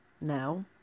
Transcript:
now